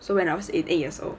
so when I was in eight years old